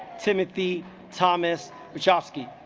timothy thomas zovsky